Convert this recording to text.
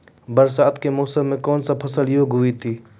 बरसात के मौसम मे कौन फसल योग्य हुई थी?